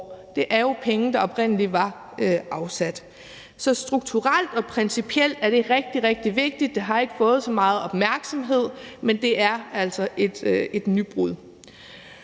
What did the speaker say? Det er jo penge, der oprindelig var afsat. Så strukturelt og principielt er det rigtig, rigtig vigtigt. Det har ikke fået så meget opmærksomhed, men det er altså et nybrud.